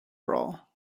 role